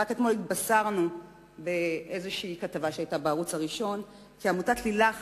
רק אתמול התבשרנו בכתבה בערוץ הראשון כי עמותת "לילך",